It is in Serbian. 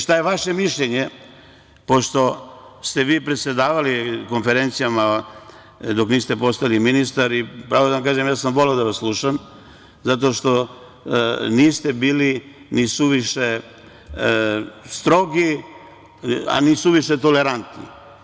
Šta je vaše mišljenje pošto ste vi predsedavali konferencijama dok niste postali ministar i pravo da vam kažem, voleo sam da vas slušam zato niste bili ni suviše strogi, a ni suviše tolerantni.